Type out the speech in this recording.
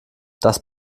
das